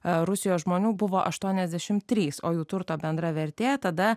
rusijos žmonių buvo aštuoniasdešim trys o jų turto bendra vertė tada